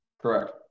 correct